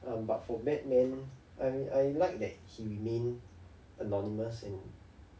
um but for batman I I liked that he remains anonymous and